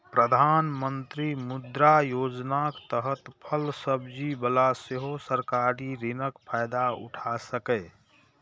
प्रधानमंत्री मुद्रा योजनाक तहत फल सब्जी बला सेहो सरकारी ऋणक फायदा उठा सकैए